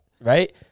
right